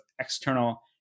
external